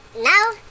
Now